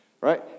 right